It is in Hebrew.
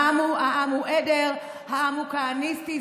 העם הוא עדר, העם הוא כהניסטי.